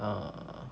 uh